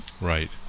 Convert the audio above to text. Right